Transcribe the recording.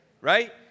right